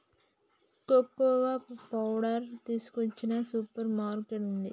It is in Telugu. కోకోవా పౌడరు తీసుకొచ్చిన సూపర్ మార్కెట్ నుండి